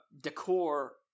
decor